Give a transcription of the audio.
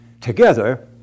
Together